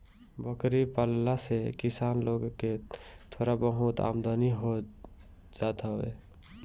बकरी पालला से किसान लोग के थोड़ा बहुत आमदनी हो जात हवे